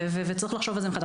וצריך לחשוב על זה מחדש..